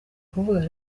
kuvuga